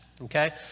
okay